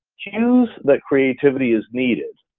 cues that creativity is needed,